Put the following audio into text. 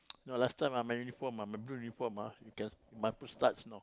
no last time my uniform my blue uniform you can my boots starts know